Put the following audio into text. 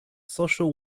social